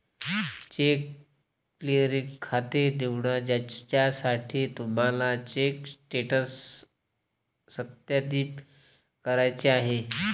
check clearing खाते निवडा ज्यासाठी तुम्हाला चेक स्टेटस सत्यापित करायचे आहे